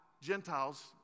Gentiles